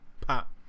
pop